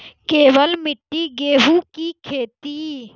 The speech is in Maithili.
केवल मिट्टी गेहूँ की खेती?